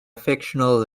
fictional